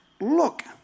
look